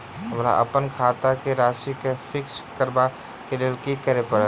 हमरा अप्पन खाता केँ राशि कऽ फिक्स करबाक लेल की करऽ पड़त?